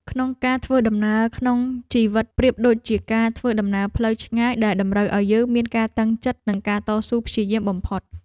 ការធ្វើដំណើរក្នុងជីវិតប្រៀបដូចជាការធ្វើដំណើរផ្លូវឆ្ងាយដែលតម្រូវឱ្យយើងមានការតាំងចិត្តនិងការតស៊ូព្យាយាមបំផុត។